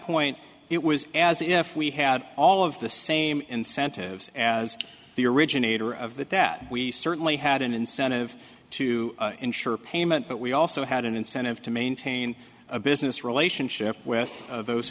point it was as if we had all of the same incentives as the originator of the data we certainly had an incentive to ensure payment but we also had an incentive to maintain a business relationship with those